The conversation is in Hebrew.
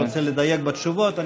ואתה רוצה לדייק בתשובות.